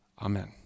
amen